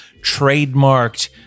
trademarked